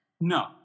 No